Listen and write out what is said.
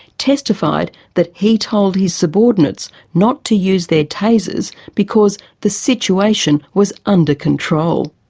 testified that he told his subordinates not to use their tasers because the situation was under control.